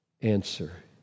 answer